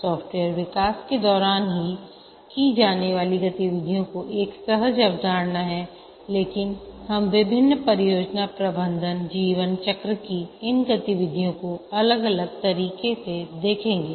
software विकास के दौरान की जाने वाली गतिविधियों की एक सहज अवधारणा हैलेकिन हम विभिन्न परियोजना प्रबंधन जीवन चक्र की इन गतिविधियों को अलग अलग तरीकों से देखेंगे